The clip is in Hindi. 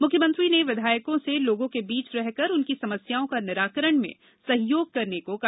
मुख्यमंत्री ने विधायकों से लोगों के बीच रहकर उनकी समस्याओं का निराकरण में सहयोग करने को कहा